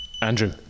Andrew